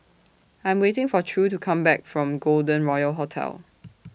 I Am waiting For True to Come Back from Golden Royal Hotel